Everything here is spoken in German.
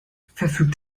verfügt